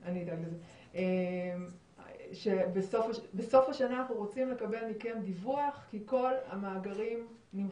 אני רק אומר שככל שאנחנו עושים פעולות ותהליכים בנושא של